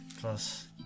Plus